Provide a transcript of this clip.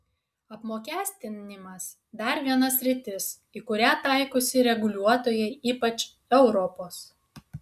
apmokestinimas dar viena sritis į kurią taikosi reguliuotojai ypač europos